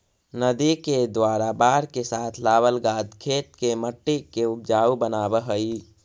नदि के द्वारा बाढ़ के साथ लावल गाद खेत के मट्टी के ऊपजाऊ बनाबऽ हई